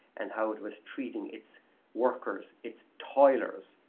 and how it was treating its workers, its toilers,